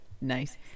nice